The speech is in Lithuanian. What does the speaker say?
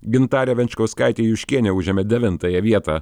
gintarė venčkauskaitė juškienė užėmė devintąją vietą